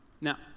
now